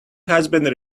husband